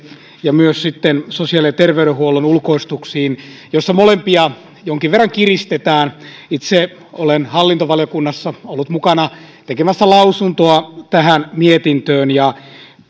ja sitten myös sosiaali ja terveydenhuollon ulkoistuksiin laatinut mietinnön jossa molempia jonkin verran kiristetään itse olen hallintovaliokunnassa ollut mukana tekemässä lausuntoa tähän mietintöön